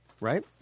Right